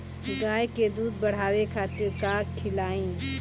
गाय के दूध बढ़ावे खातिर का खियायिं?